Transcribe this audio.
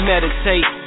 Meditate